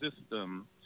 system